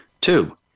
Two